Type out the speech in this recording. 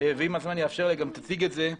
ואם הזמן יאפשר היא גם תציג את זה,